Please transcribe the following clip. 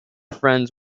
friends